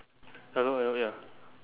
hello hello ya